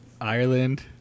Ireland